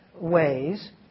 ways